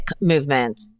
movement